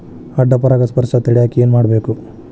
ಅಡ್ಡ ಪರಾಗಸ್ಪರ್ಶ ತಡ್ಯಾಕ ಏನ್ ಮಾಡ್ಬೇಕ್?